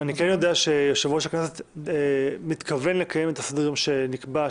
אני כן יודע שיושב-ראש הכנסת מתכוון לקיים את סדר-היום שנקבע,